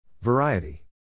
Variety